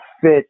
fit